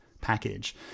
package